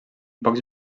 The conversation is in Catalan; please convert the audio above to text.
pocs